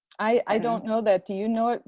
i don't know that, do you know it?